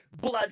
blood